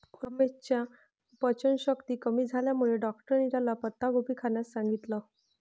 रमेशच्या पचनशक्ती कमी झाल्यामुळे डॉक्टरांनी त्याला पत्ताकोबी खाण्यास सांगितलं